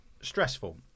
stressful